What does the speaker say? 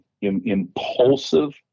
impulsive